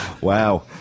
Wow